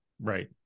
Right